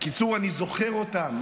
בקיצור, אני זוכר אותם.